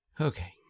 Okay